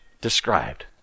described